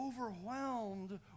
overwhelmed